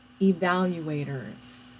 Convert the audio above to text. evaluators